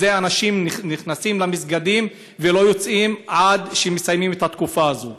שאנשים נכנסים למסגדים ולא יוצאים עד שמסיימים את התקופה הזאת.